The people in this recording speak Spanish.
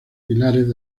pilares